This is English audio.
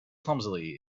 clumsily